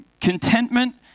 Contentment